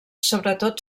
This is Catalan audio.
sobretot